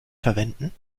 verwenden